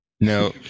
No